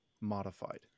modified